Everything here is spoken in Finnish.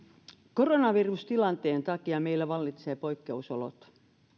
koronavirustilanteen takia meillä vallitsee poikkeusolot